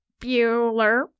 Bueller